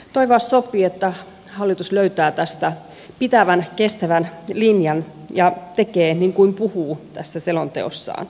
toivoa sopii että hallitus löytää tästä pitävän kestävän linjan ja tekee niin kuin puhuu tässä selonteossaan